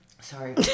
Sorry